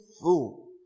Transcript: fool